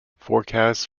forecasts